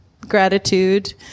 gratitude